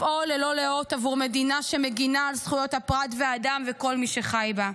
לפעול ללא לאות בעבור מדינה שמגינה על זכויות הפרט והאדם וכל מי שחי בה.